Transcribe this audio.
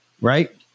right